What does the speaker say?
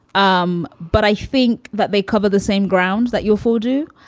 um but i think that they cover the same ground that you'll fall do.